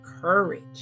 courage